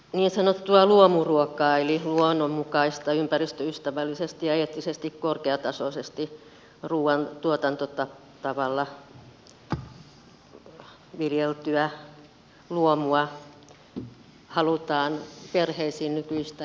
niin sanottua luomuruokaa eli luonnonmukaista ympäristöystävällisesti ja eettisesti korkeatasoisella ruuan tuotantotavalla viljeltyä luomua halutaan perheisiin nykyistä enemmän